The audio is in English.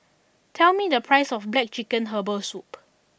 tell me the price of Black Chicken Herbal Soup